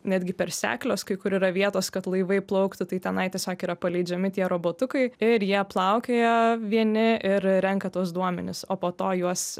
netgi per seklios kai kur yra vietos kad laivai plauktų tai tenai tiesiog yra paleidžiami tie robotukai ir jie plaukioja vieni ir renka tuos duomenis o po to juos